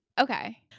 Okay